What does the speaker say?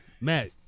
Matt